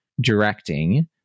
directing